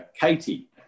Katie